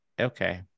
okay